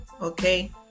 Okay